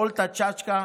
אולטה צ'צ'קה.